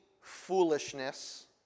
foolishness